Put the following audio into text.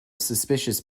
suspicious